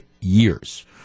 years